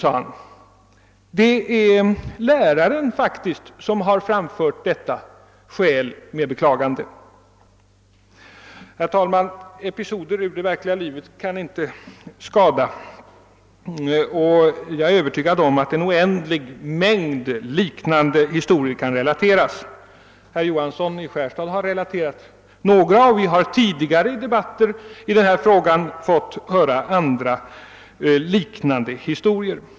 Det är faktiskt läraren själv som med beklagande har anfört detta skäl.» Det kan inte skada att ta del av episoder ur verkliga livet, och jag är övertygad om att en stor mängd liknande fall kan relateras. Herr Johansson i Skärstad har anfört några, och vi har i tidigare debatter i betygsfrågan fått höra liknande historier.